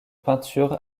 peinture